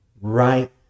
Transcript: right